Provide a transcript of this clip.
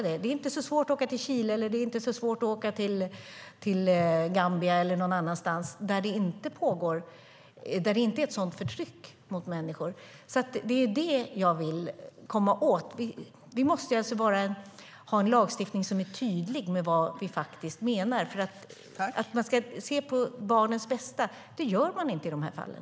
Det är inte så svårt att åka till Chile, Gambia eller någon annanstans där det inte är ett sådant förtryck mot människor. Det är vad jag vill komma åt. Vi måste ha en lagstiftning som är tydlig med vad vi menar. Man ser inte till barnens bästa i de här fallen.